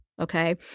okay